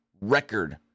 Record